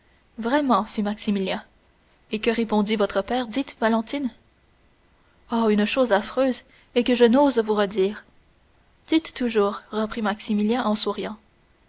vraiment fit maximilien et que répondit votre père dites valentine oh une chose affreuse et que je n'ose vous redire dites toujours reprit maximilien en souriant